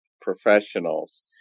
professionals